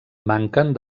manquen